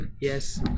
Yes